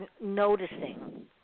noticing